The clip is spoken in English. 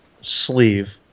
sleeve